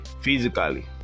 physically